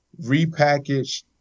repackaged